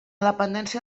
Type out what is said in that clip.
dependència